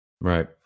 Right